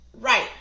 Right